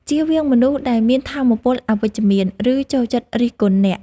ចៀសវាងមនុស្សដែលមានថាមពលអវិជ្ជមាន ឬចូលចិត្តរិះគន់អ្នក។